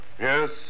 Yes